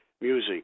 music